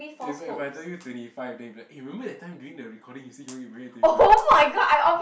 if I if I tell you twenty five then you will be like eh remember during that time the recording you said you wanna get married at twenty five